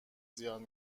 زیان